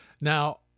Now